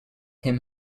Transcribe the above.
him